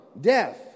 death